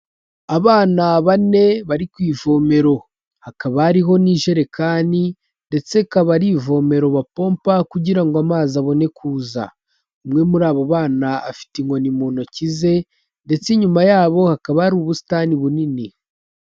Abana bane bari ku ivomero. Hakaba hariho n'iijerekani, ndetse akaba ari ivomero bapompa kugira ngo amazi abone kuza. Umwe muri abo bana afite inkoni mu ntoki ze, ndetse inyuma yabo hakaba ari ubusitani bunini.